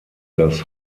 das